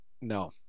No